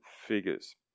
figures